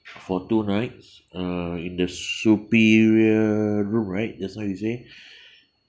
for two nights uh in the superior room right just now you say